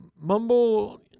mumble